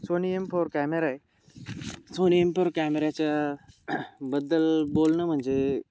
Sony M four camera आहे Sony M four कॅमेऱ्याच्या बद्दल बोलणं म्हणजे